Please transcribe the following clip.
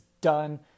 done